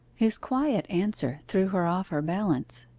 his quiet answer threw her off her balance.